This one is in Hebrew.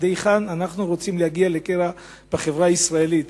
עד היכן אנחנו רוצים להגיע בקרע בחברה הישראלית,